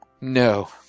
No